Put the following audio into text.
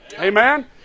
Amen